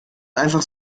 einfach